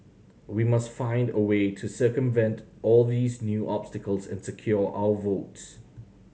we must find a way to circumvent all these new obstacles and secure our votes